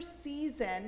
season